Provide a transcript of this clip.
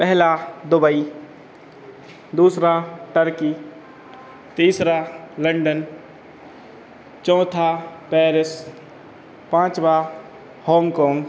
पहला दुबई दूसरा टर्की तीसरा लंदन चौथा पेरिस पाँचवाँ हॉन्ग कॉन्ग